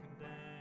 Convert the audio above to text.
condemned